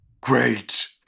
great